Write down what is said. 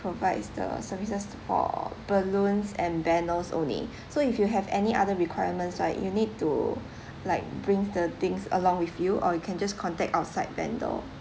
provides the services for balloons and banners only so if you have any other requirements right you need to like bring the things along with you or you can just contact outside vendor